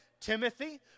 Timothy